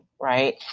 right